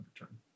return